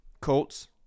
Colts